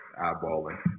eyeballing